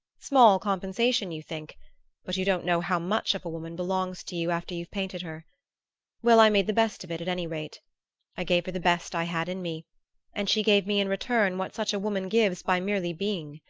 small compensation, you think but you don't know how much of a woman belongs to you after you've painted her well, i made the best of it, at any rate i gave her the best i had in me and she gave me in return what such a woman gives by merely being.